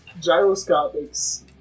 Gyroscopics